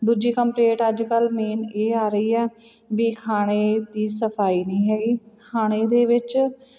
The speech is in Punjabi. ਦੂਜੀ ਕੰਪਲੇਂਟ ਅੱਜ ਕੱਲ੍ਹ ਮੇਨ ਇਹ ਆ ਰਹੀ ਆ ਵੀ ਖਾਣੇ ਦੀ ਸਫਾਈ ਨਹੀਂ ਹੈਗੀ ਖਾਣੇ ਦੇ ਵਿੱਚ